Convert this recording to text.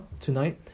Tonight